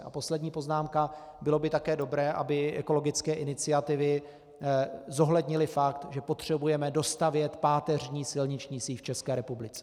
A poslední poznámka bylo by také dobré, aby ekologické iniciativy zohlednily fakt, že potřebujeme dostavět páteřní silniční síť v České republice.